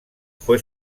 fue